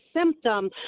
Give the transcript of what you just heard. symptom